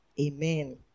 amen